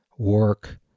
work